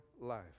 life